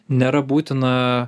nėra būtina